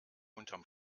unterm